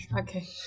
Okay